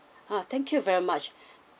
ah thank you very much